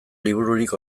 libururik